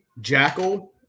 jackal